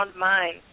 mind